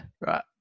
Right